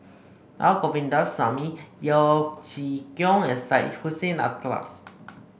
Na Govindasamy Yeo Chee Kiong and Syed Hussein Alatas